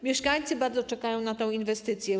Mieszkańcy bardzo czekają na tę inwestycję.